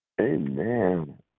Amen